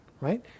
right